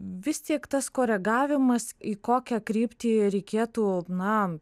vis tiek tas koregavimas į kokią kryptį reikėtų na